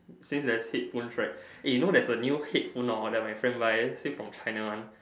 since there's headphones right eh you know there's a new headphone hor that my friend buy say from China one